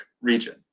region